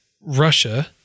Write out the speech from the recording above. Russia